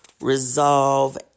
resolve